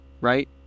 right